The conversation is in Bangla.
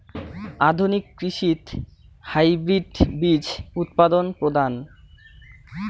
আধুনিক কৃষিত হাইব্রিড বীজ উৎপাদন প্রধান